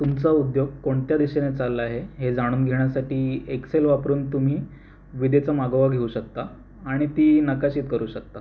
तुमचा उद्योग कोणत्या दिशेने चालला आहे हे जाणून घेण्यासाठी एक्सेल वापरून तुम्ही विदेचा मागोवा घेऊ शकता आणि ती नकाशित करू शकता